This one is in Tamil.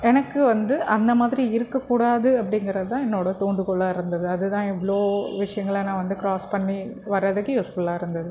எனக்கு வந்து அந்த மாதிரி இருக்கக்கூடாது அப்படிங்கறது தான் என்னோடய தூண்டுகோலாக இருந்தது அது தான் இவ்வளோ விஷயங்கள நான் வந்து கிராஸ் பண்ணி வரதுக்கு யூஸ்ஃபுல்லாக இருந்தது